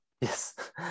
Yes